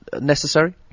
necessary